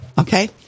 Okay